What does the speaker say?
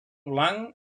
blanc